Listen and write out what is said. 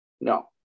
no